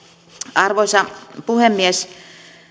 arvoisa puhemies